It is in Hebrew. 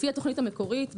לפי התוכנית המקורית,